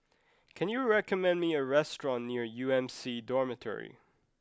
can you recommend me a restaurant near U M C Dormitory